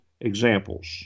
examples